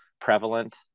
prevalent